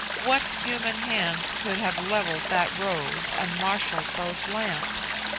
what human hands could have levelled that road and marshalled those lamps?